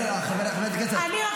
לא, חברת הכנסת, אני אפשרתי לך לדבר.